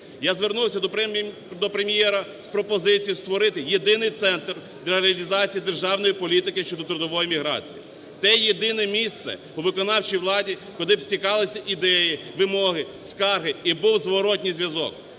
Я звернувся до Прем'єра з пропозицією створити єдиний центр для реалізації державної політики щодо трудової міграції - те єдине місце у виконавчій владі, куди б стікалися ідеї, вимоги, скарги і був зворотній зв'язок,